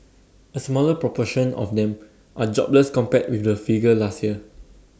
A smaller proportion of them are jobless compared with the figure last year